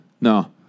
No